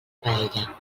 paella